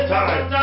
time